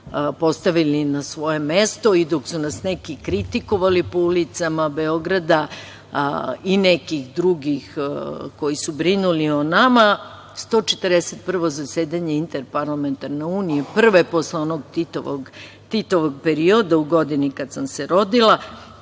postavili na svoje mesto, dok su nas neki kritikovali po ulicama Beograda i nekih drugih koji su brinuli o nama, 141. zasedanje Interparlamentarne unije, prve posle onog Titovog perioda u godini kada sam se rodila,